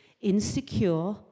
insecure